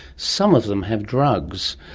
some of them have drugs.